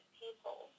people